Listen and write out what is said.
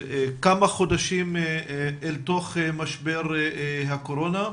כמה חודשים אל תוך משבר הקורונה,